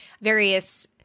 various